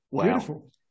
beautiful